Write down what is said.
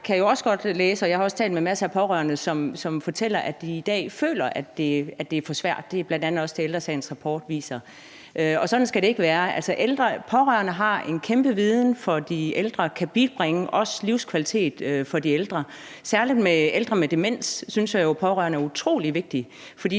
jeg har også talt med masser af pårørende, som fortæller, at de i dag føler, at det er for svært. Det er bl.a. også det, Ældre Sagens rapport viser. Og sådan skal det ikke være. Altså, de pårørende har en kæmpe viden om de ældre og kan også bibringe livskvalitet for de ældre. Særlig for ældre med demens synes jeg jo at pårørende er utrolig vigtige